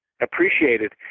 appreciated